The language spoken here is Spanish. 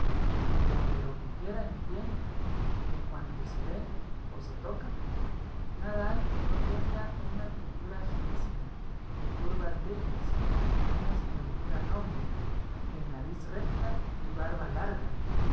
pero de lo que queda en pie de cuanto se ve o se toca nada hay que no tenga una pintura finísima de curvas bellas o una escultura noble de nariz recta y barba larga